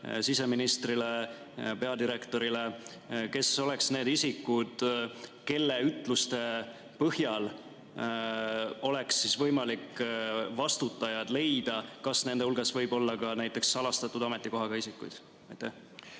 siseministrile ja peadirektorile? Kes oleksid need isikud, kelle ütluste põhjal oleks võimalik vastutajaid leida, kas nende hulgas võib olla ka näiteks salastatud ametikohaga isikuid?